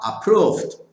approved